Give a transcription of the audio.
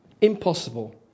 Impossible